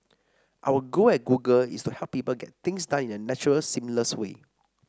our goal at Google is to help people get things done in a natural seamless way